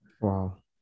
Wow